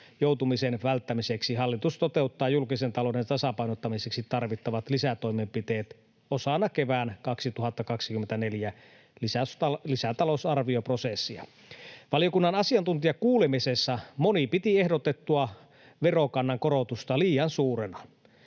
joutumisen välttämiseksi hallitus toteuttaa julkisen talouden tasapainottamiseksi tarvittavat lisätoimenpiteet osana kevään 2024 lisätalousarvioprosessia. Valiokunnan asiantuntijakuulemisessa moni piti ehdotettua verokannan korotusta liian suurena